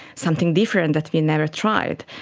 something different that we never tried?